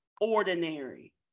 ordinary